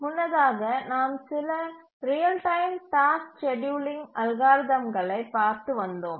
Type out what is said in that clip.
முன்னதாக நாம் சில ரியல் டைம் டாஸ்க் ஸ்கேட்யூலிங் அல்காரிதம்களை பார்த்து வந்தோம்